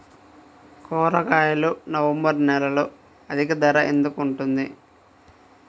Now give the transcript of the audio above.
కూరగాయలు నవంబర్ నెలలో అధిక ధర ఎందుకు ఉంటుంది?